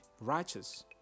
righteous